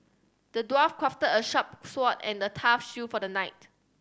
the dwarf crafted a sharp sword and the tough shield for the knight